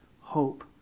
hope